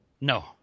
No